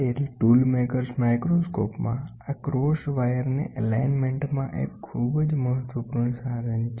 તેથી tool makers માઈક્રોસ્કોપમાઆ cross વાયરને એલાઇન્મેન્ટમા એક ખૂબ જ મહત્વપૂર્ણ સાધન છે